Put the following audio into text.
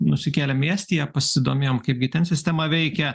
nusikėlėm į estiją pasidomėjom kaipgi ten sistema veikia